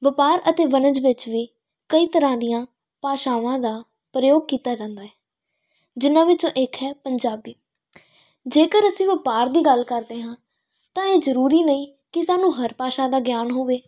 ਵਪਾਰ ਅਤੇ ਵਣਜ ਵਿੱਚ ਵੀ ਕਈ ਤਰ੍ਹਾਂ ਦੀਆਂ ਭਾਸ਼ਾਵਾਂ ਦਾ ਪ੍ਰਯੋਗ ਕੀਤਾ ਜਾਂਦਾ ਹੈ ਜਿਨ੍ਹਾਂ ਵਿੱਚੋਂ ਇੱਕ ਹੈ ਪੰਜਾਬੀ ਜੇਕਰ ਅਸੀਂ ਵਪਾਰ ਦੀ ਗੱਲ ਕਰਦੇ ਹਾਂ ਤਾਂ ਇਹ ਜ਼ਰੂਰੀ ਨਹੀਂ ਕਿ ਸਾਨੂੰ ਹਰ ਭਾਸ਼ਾ ਦਾ ਗਿਆਨ ਹੋਵੇ